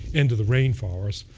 end of the rainforest,